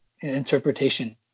interpretation